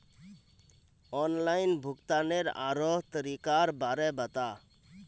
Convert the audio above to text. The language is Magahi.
ऑनलाइन भुग्तानेर आरोह तरीकार बारे बता